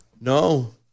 No